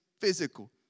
physical